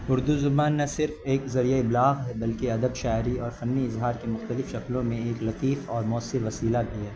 اردو زبان نہ صرف ایک ذریعہ ابلاغ ہے بلکہ ادب شاعری اور فنی اظہار کے مختلف شکلوں میں ایک لقیف اور مؤثر وسیلہ کی ہے